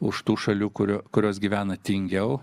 už tų šalių kurio kurios gyvena tingiau